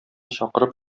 чакырып